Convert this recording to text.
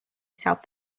south